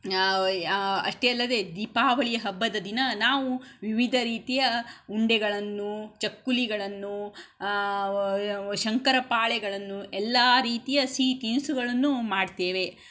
ಅಷ್ಟೇ ಅಲ್ಲದೇ ದೀಪಾವಳಿ ಹಬ್ಬದ ದಿನ ನಾವು ವಿವಿಧ ರೀತಿಯ ಉಂಡೆಗಳನ್ನೂ ಚಕ್ಕುಲಿಗಳನ್ನೂ ಶಂಕರಪಾಳೆಗಳನ್ನು ಎಲ್ಲ ರೀತಿಯ ಸಿಹಿ ತಿನಿಸುಗಳನ್ನು ಮಾಡ್ತೇವೆ